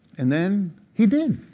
and then, he did.